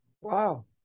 Wow